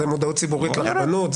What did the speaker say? זה מודעות ציבורית לרבנות,